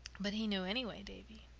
but he knew anyway, davy.